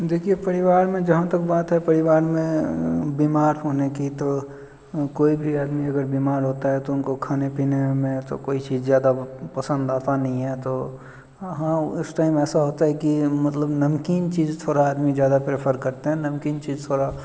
देखिए परिवार में जहाँ तक बात है परिवार में बीमार होने की तो कोई भी आदमी अगर बीमार होता है तो उनको खाने पीने में तो कोई चीज ज़्यादा वो पसंद आता नहीं है तो हाँ उस टाइम ऐसा होता है कि मतलब नमकीन चीज थोड़ा आदमी ज़्यादा प्रेफर करता है नमकीन चीज़ थोड़ा